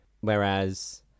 Whereas